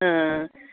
ਹਾਂ